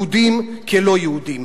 יהודים כלא-יהודים.